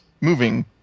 moving